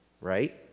right